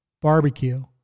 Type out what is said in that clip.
barbecue